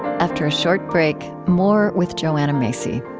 after a short break, more with joanna macy.